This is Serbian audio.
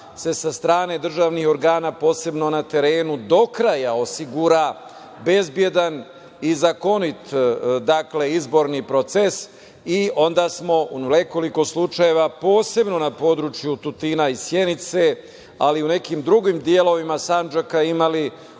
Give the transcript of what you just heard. se sa strane državnih organa, posebno na terenu, do kraja osigura bezbedan i zakonit izborni proces i onda smo u nekoliko slučajeva, posebno na području Tutina i Sjenice, ali u nekim drugim delovima Sandžaka imali